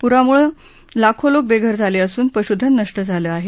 पूरामुळे लाखो लोक बेघर झाले असून पशुधन नष्ट झालं आहे